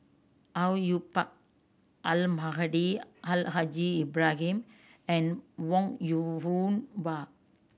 Au Yue Pak Almahdi Al Haj Ibrahim and Wong Yoon Wah